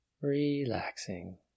relaxing